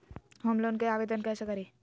Home loan के आवेदन कैसे करि?